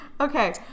Okay